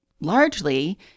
largely